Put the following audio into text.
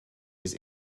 his